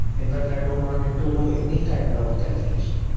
in fact i don't want it to do any kind of calculation,